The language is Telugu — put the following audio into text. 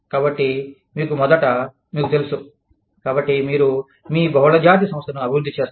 కాబట్టి మీకు మొదట మీకు తెలుసు కాబట్టి మీరు మీ బహుళజాతి సంస్థను అభివృద్ధి చేస్తారు